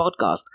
podcast